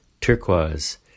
Turquoise